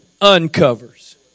uncovers